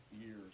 years